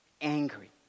angry